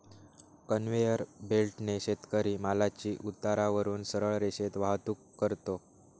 conveyor बेल्टने शेतकरी मालाची उतारावरून सरळ रेषेत वाहतूक करतो